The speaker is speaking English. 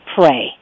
pray